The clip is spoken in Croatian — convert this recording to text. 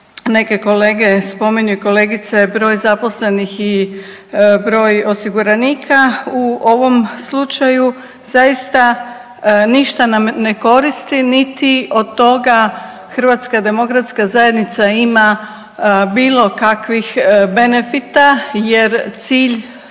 neke kolege spominju i kolegice, broj zaposlenih i broj osiguranika u ovom slučaju zaista ništa nam ne koristi niti od toga HDZ ima bilo kakvih benefita jer cilj